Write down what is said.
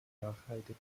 nachhaltig